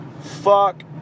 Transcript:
Fuck